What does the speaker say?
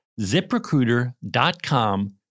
ZipRecruiter.com